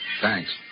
Thanks